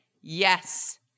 Yes